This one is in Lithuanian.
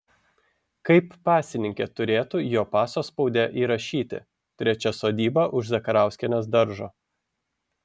kaip pasininkė turėtų jo paso spaude įrašyti trečia sodyba už zakarauskienės daržo